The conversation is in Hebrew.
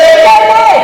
תגיד את האמת.